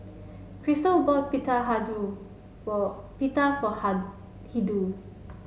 Crysta bought Pita for Pita for Hildur